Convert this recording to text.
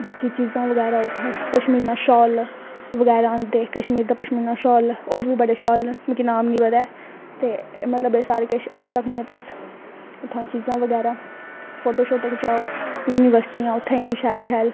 बाकी चीजां बगैरा उत्थें पशमीनां शाल बगैरा होंदे कश्मीर दा पशमीनां शाल होर बी बड़े शाल न मिगी नां नी पता हैन ते मतलव बड़ा सारा किश आहनी सकने तुस उत्थां दा चीजां बगैरा फोटो सोटो खचाओ युनिवर्सटियां उत्थें इन्नी शैल शैल